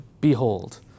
behold